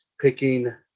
picking